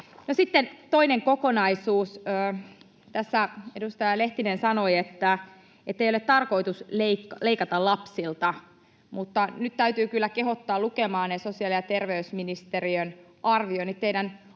sitten toinen kokonaisuus. Tässä edustaja Lehtinen sanoi, että ei ole tarkoitus leikata lapsilta, mutta nyt täytyy kyllä kehottaa lukemaan sosiaali- ja terveysministeriön arvioinnit, teidän omien